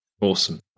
Awesome